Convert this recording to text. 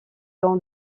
dans